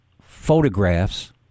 photographs